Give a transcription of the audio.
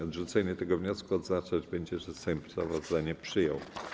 Odrzucenie tego wniosku oznaczać będzie, że Sejm sprawozdanie przyjął.